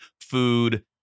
food